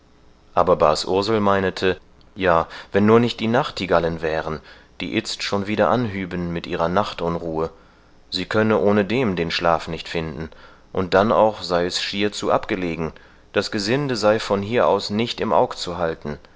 aber bas ursel meinete ja wenn nur nicht die nachtigallen wären die itzt schon wieder anhüben mit ihrer nachtunruhe sie könne ohnedem den schlaf nicht finden und dann auch sei es schier zu abgelegen das gesinde sei von hier aus nicht im aug zu halten